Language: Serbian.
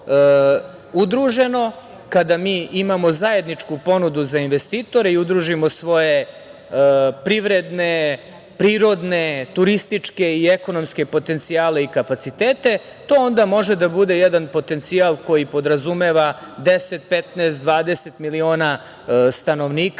kada mi imamo zajedničku ponudu za investitore i udružimo svoje privredne, prirodne, turističke i ekonomske potencijale i kapacitete, to onda može da bude jedan potencijal koji podrazumeva 10, 15, 20 miliona stanovnika,